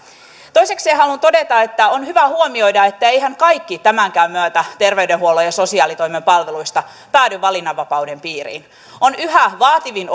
toisekseen haluan todeta että on hyvä huomioida että eiväthän tämänkään myötä kaikki terveydenhuollon ja sosiaalitoimen palveluista päädy valinnanvapauden piiriin on yhä vaativin